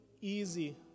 easy